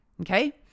Okay